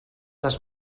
les